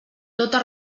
tota